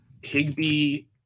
Higby